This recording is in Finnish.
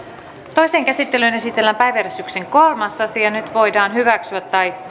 toiseen käsittelyyn esitellään päiväjärjestyksen kolmas asia nyt voidaan hyväksyä tai